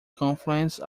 confluence